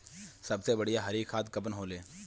सबसे बढ़िया हरी खाद कवन होले?